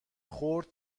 خرد